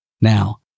Now